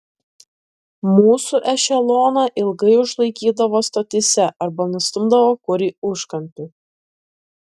mūsų ešeloną ilgai užlaikydavo stotyse arba nustumdavo kur į užkampį